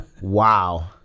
Wow